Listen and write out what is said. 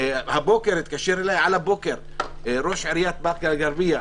התקשר אליי על הבוקר ראש עיריית באקה אל-גרביה,